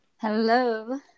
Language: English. Hello